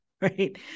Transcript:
right